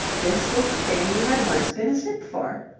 this was the thing you had once been a snip for!